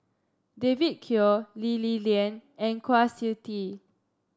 David Kwo Lee Li Lian and Kwa Siew Tee